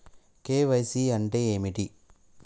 KYC అంటే ఏమిటి?